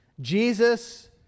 Jesus